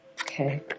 Okay